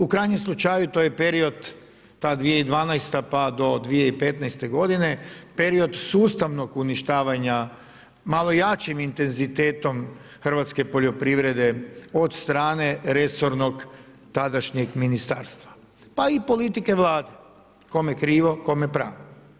U krajnjem slučaju to je period ta 2012. pa do 2015. godine period sustavnog uništavanja malo jačim intenzitetom Hrvatske poljoprivrede od strane resornog, tadašnjeg ministarstva pa i politike Vlade, kome krivo, kome pravo.